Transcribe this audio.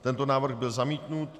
Tento návrh byl zamítnut.